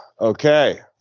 Okay